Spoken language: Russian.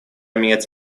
менять